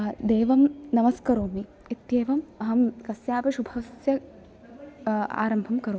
देवं नमस्करोमि इत्येवम् अहम् कस्यापि शुभस्य आरम्भं करोमि